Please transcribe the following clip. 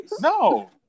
no